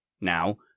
now